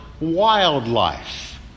wildlife